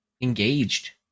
engaged